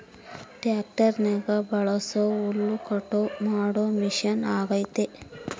ಟ್ಯಾಕ್ಟರ್ನಗ ಬಳಸೊ ಹುಲ್ಲುಕಟ್ಟು ಮಾಡೊ ಮಷಿನ ಅಗ್ಯತೆ